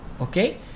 okay